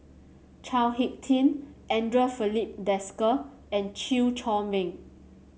Chao HicK Tin Andre Filipe Desker and Chew Chor Meng